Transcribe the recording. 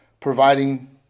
providing